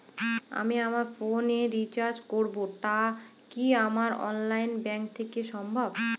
আমি আমার ফোন এ রিচার্জ করব টা কি আমার অনলাইন ব্যাংক থেকেই সম্ভব?